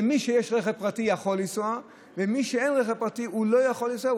מי שיש לו רכב פרטי יכול לנסוע ומי שאין לו רכב פרטי לא יכול לנסוע,